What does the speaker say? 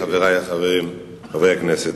חברי חברי הכנסת,